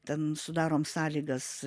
ten sudarom sąlygas